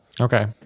Okay